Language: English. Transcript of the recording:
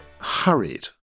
hurried